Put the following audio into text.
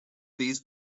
these